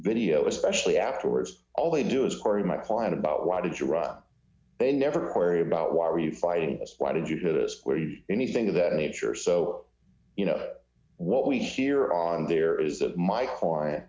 video especially afterwards all they do is carry my client about why did you run they never are about why are you fighting us why did you put us where anything of that nature so you know what we hear on there is that my